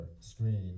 screen